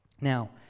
Now